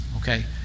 okay